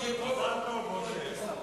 איך הם יכולים לעשות את זה?